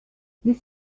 this